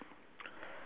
uh blue colour shirt